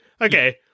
okay